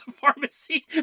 pharmacy